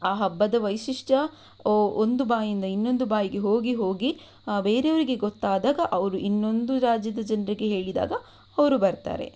ಆ ಹಬ್ಬದ ವೈಶಿಷ್ಟ್ಯ ಓ ಒಂದು ಬಾಯಿಂದ ಇನ್ನೊಂದು ಬಾಯಿಗೆ ಹೋಗಿ ಹೋಗಿ ಬೇರೆಯವರಿಗೆ ಗೊತ್ತಾದಾಗ ಅವರು ಇನ್ನೊಂದು ರಾಜ್ಯದ ಜನರಿಗೆ ಹೇಳಿದಾಗ ಅವರು ಬರ್ತಾರೆ